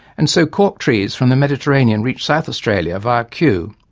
and so cork trees from the mediterranean reached south australia via kew,